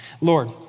Lord